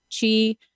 chi